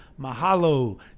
Mahalo